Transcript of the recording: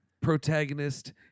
protagonist